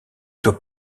doit